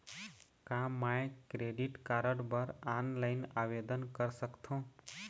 का मैं credit card बर ऑनलाइन आवेदन कर सकथों?